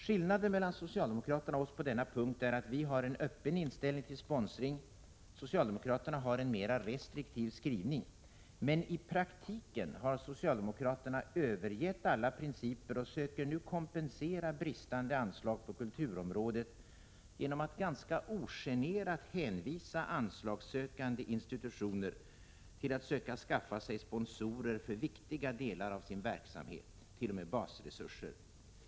Skillnaden mellan socialdemokraterna och oss på denna punkt är att vi har en öppen inställning till sponsring, medan socialdemokraterna har en mera restriktiv skrivning. Men i praktiken har socialdemokraterna övergett alla principer och söker nu kompensera bristande anslag på kulturområdet genom att ganska ogenerat hänvisa anslagssökande institutioner till att söka skaffa sig sponsorer för viktiga delar av sin verksamhet, t.o.m. basresurser.